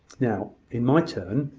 now, in my turn,